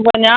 वञा